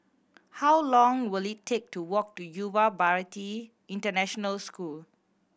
how long will it take to walk to Yuva Bharati International School